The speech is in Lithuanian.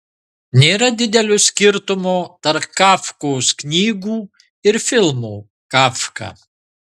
nėra didelio skirtumo tarp kafkos knygų ir filmo kafka